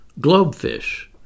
Globefish